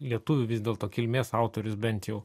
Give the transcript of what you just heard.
lietuvių vis dėlto kilmės autorius bent jau